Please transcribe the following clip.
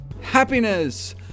happiness